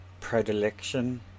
predilection